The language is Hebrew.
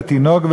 לתינוק,